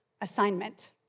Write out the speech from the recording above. assignment